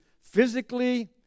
physically